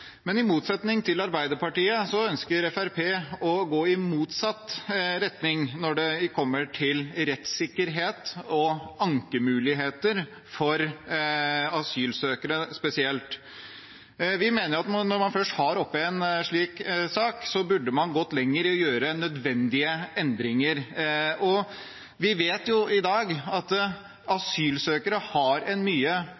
I motsetning til Arbeiderpartiet ønsker Fremskrittspartiet å gå i motsatt retning når det kommer til rettssikkerhet og ankemuligheter for asylsøkere spesielt. Vi mener at når man først har oppe en slik sak, burde man gått lenger i å gjøre nødvendige endringer. Vi vet jo i dag at